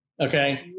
Okay